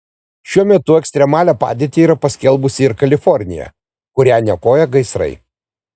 šiuo metu ekstremalią padėtį yra paskelbusi ir kalifornija kurią niokoja gaisrai